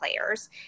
players